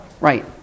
Right